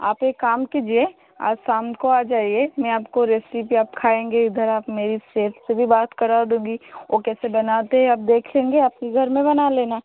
आप एक काम कीजिए आज शाम को आ जाइए मैं आप को रेसिपी आप खाएंगे इधर आप मेरी सेफ से भी बात करा दूँगी वो कैसे बनाते हैं आप देखेंगे आप के घर में बना लेना